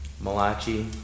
Malachi